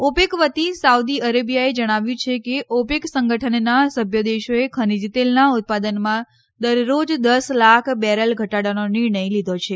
opaque વતી Saudi અરેબીયાએ જણાવ્યું છે કે ઓપેક સંગઠનનાં સભ્ય દેશોએ ખનીજ તેલનાં ઉત્પાદનમાં દરરોજ દસ લાખ બેરલ ધટાડાનો નિર્ણય લીધો છે